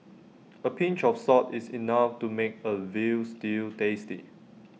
A pinch of salt is enough to make A Veal Stew tasty